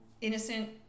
innocent